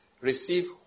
Receive